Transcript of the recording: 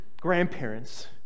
grandparents